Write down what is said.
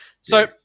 So-